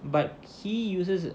but he uses